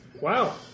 Wow